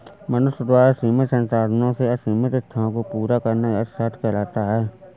मनुष्य द्वारा सीमित संसाधनों से असीमित इच्छाओं को पूरा करना ही अर्थशास्त्र कहलाता है